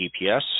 GPS